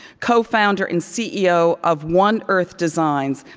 cofounder and ceo of one earth designs,